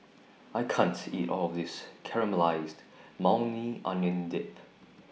I can't eat All of This Caramelized Maui Onion Dip